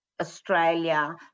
Australia